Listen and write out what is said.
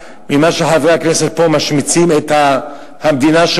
ממה שמשמיצים את המדינה חברי הכנסת פה,